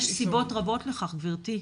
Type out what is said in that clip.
יש סיבות רבות לכך גברתי,